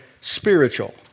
spiritual